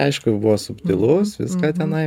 aišku buvo subtilus viską tenai